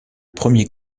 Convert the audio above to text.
premier